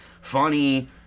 funny